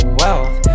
wealth